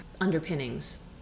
underpinnings